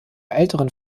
älteren